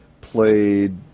played